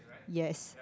yes